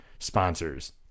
sponsors